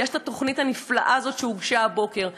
ויש התוכנית הנפלאה הזאת שהוגשה הבוקר.